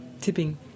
tipping